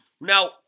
Now